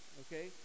okay